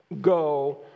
Go